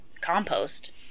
compost